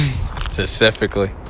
Specifically